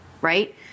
right